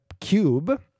cube